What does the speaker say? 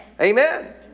Amen